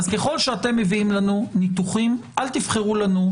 ככל שאתם מביאים לנו ניתוחים אל תבחרו לנו.